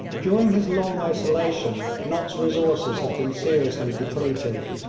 during his long isolation nott's resources had been seriously depleted,